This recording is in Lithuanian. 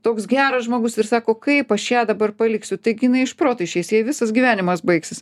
toks geras žmogus ir sako kaip aš ją dabar paliksiu taigi jinai iš proto išeis jai visas gyvenimas baigsis